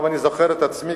אני זוכר את עצמי,